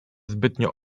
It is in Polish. zbytnio